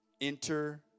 enter